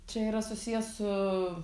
čia yra susiję su